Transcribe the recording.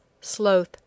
sloth